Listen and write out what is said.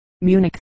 Munich